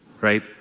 right